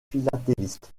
philatélistes